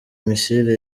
missile